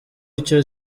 icyo